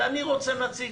אני רוצה נציג,